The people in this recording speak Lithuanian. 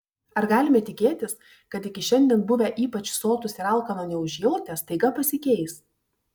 ar galime tikėtis kad iki šiandien buvę ypač sotūs ir alkano neužjautę staiga pasikeis